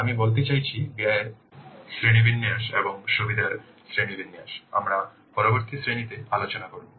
আমি বলতে চাইছি ব্যয়ের শ্রেণীবিন্যাস এবং সুবিধার শ্রেণীবিন্যাস আমরা পরবর্তী শ্রেণীতে আলোচনা করব